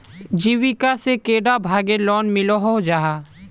जीविका से कैडा भागेर लोन मिलोहो जाहा?